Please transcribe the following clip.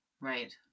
Right